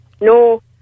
No